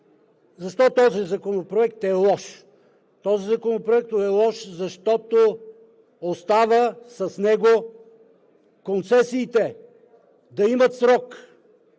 Защо този законопроект е лош? Този законопроект е лош, защото оставя с него концесиите да имат срок